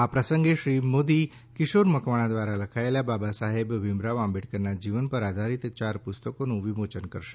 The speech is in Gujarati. આ પ્રસંગે શ્રી મોદી કિશોર મકવાણા દ્વારા લખાયેલા બાબા સા હેબ ભીમરાવ આંબેડકરના જીવન પર આધારિત ચાર પુસ્તકીનું વિમોચન પણ કરશે